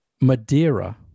Madeira